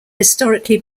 historically